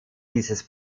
dieses